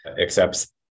accepts